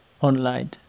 online